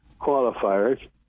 qualifiers